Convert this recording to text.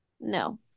No